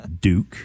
Duke